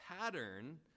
pattern